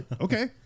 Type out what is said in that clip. okay